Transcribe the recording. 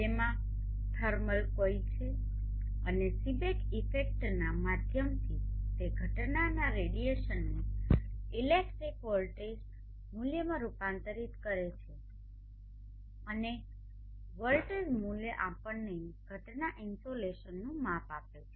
તેમાં thermal coil છે અને સીબેક ઇફેક્ટના માધ્યમથી તે ઘટનાના રેડિયેશનને ઇલેક્ટ્રિક વોલ્ટેજ મૂલ્યમાં રૂપાંતરિત કરે છે અને વોલ્ટેજ મૂલ્ય આપણને ઘટના ઇન્સોલેશનનુ માપ આપે છે